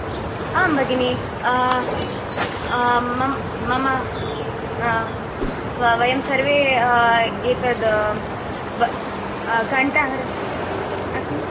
आम् भगिनी मम वयं सर्वे एतद् कण्ठहारः किं